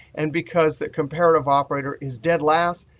and because the comparative operator is dead last,